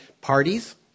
parties